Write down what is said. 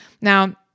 Now